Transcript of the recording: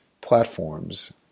platforms